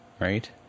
right